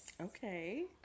Okay